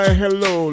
hello